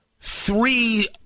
Three